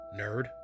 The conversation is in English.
Nerd